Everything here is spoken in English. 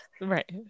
Right